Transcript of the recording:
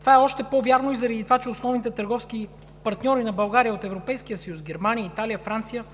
Това е още по-вярно и заради това, че основните търговски партньори на България от Европейския съюз – Германия, Италия, Франция,